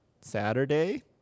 Saturday